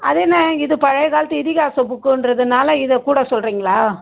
அதென்ன இது பழைய காலத்து இதிகாச புக்குன்றதுனால இதை கூட சொல்லுறீங்களா